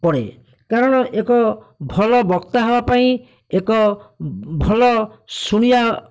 ପଡ଼େ କାରଣ ଏକ ଭଲ ବକ୍ତା ହେବା ପାଇଁ ଏକ ଭଲ ଶୁଣିବା